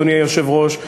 אדוני היושב-ראש,